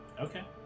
Okay